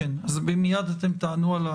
אז מייד אתם תענו.